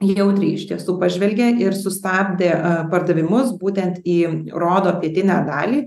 jautriai iš tiesų pažvelgė ir sustabdė pardavimus būtent į rodo pietinę dalį